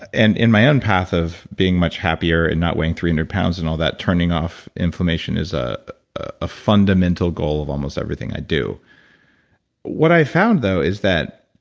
and in my own path of being much happier and not weighing three hundred pounds and all that turning off inflammation is a ah fundamental goal of almost everything i do what i found though is that